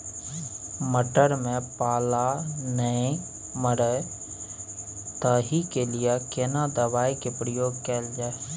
मटर में पाला नैय मरे ताहि के लिए केना दवाई के प्रयोग कैल जाए?